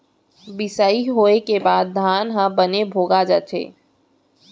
बियासी होय के बाद धान ह बने भोगा जाथे